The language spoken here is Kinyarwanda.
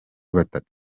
batatu